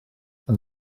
yng